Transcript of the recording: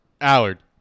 Allard